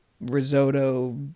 risotto